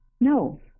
No